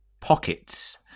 pockets